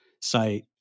site